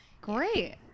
Great